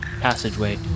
passageway